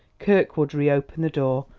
kirkwood reopened the door,